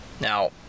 Now